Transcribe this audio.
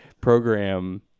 program